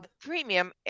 premium